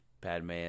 padme